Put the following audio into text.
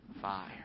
fire